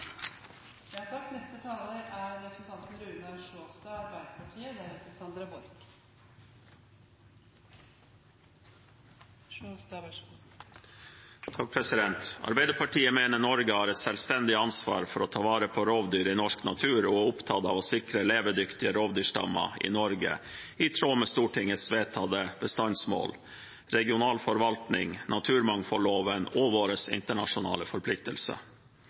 Arbeiderpartiet mener Norge har et selvstendig ansvar for å ta vare på rovdyr i norsk natur og er opptatt av å sikre levedyktige rovdyrstammer i Norge, i tråd med Stortingets vedtatte bestandsmål, regional forvaltning, naturmangfoldloven og våre internasjonale forpliktelser.